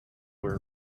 were